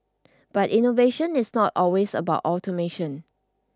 but innovation is not always about automation